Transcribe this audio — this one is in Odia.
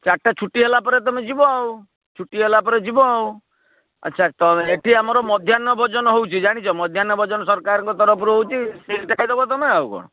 ଚାରିଟା ଛୁଟି ହେଲା ପରେ ତମେ ଯିବ ଆଉ ଛୁଟି ହେଲା ପରେ ଯିବ ଆଉ ଆଚ୍ଛା ଏଠି ଆମର ମଧ୍ୟାହ୍ନ ଭୋଜନ ହେଉଛି ଜାଣିଛ ମଧ୍ୟାହ୍ନ ଭୋଜନ ସରକାରଙ୍କ ତରଫରୁ ହେଉଛି ସେଇଠି ତ ଖାଇଦେବ ତମେ ଆଉ କ'ଣ